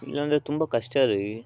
ಇಲ್ಲಂದರೆ ತುಂಬ ಕಷ್ಟ ರೀ